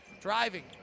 driving